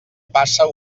passa